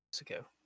ago